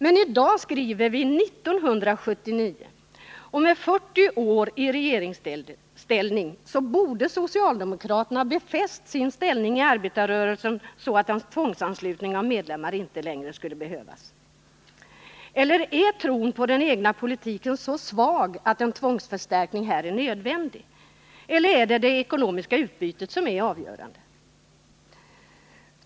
Men i dag skriver vi år 1979, och med mer än 40 år i regeringsställning borde socialdemokraterna ha befäst sin ställning i arbetarrörelsen så att en tvångsanslutning av medlemmar inte längre skulle behövas. Är tron på den egna politiken så svag att en tvångsförstärkning är nödvändig? Eller är det ekonomiska utbytet avgörande?